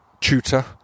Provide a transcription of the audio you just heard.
tutor